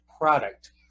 product